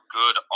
good